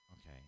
Okay